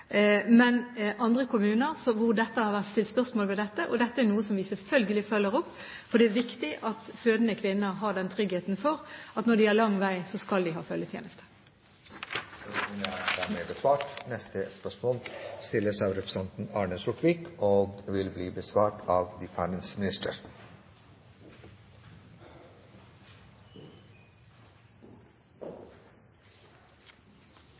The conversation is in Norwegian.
stilt spørsmål ved dette. Dette er noe som vi selvfølgelig følger opp, for det er viktig at fødende kvinner har den tryggheten for at når de har lang vei, skal de ha følgetjeneste. Dette spørsmålet, fra representanten Arne Sortevik til ministeren ved Statsministerens kontor, vil bli besvart av finansministeren som rette vedkommende. Jeg registrerer at finansministeren er samordningsminister. Spørsmålet er like fullt følgende: «Store prosjekter av